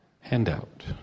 handout